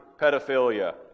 pedophilia